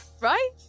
right